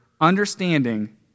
understanding